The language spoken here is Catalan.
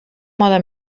moda